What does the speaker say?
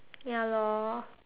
ya loh